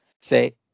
say